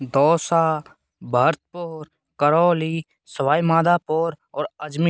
दौसा भरतपुर करौली सवाई माधवपुर और अजमेर